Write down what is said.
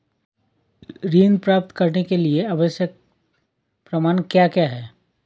ऋण प्राप्त करने के लिए आवश्यक प्रमाण क्या क्या हैं?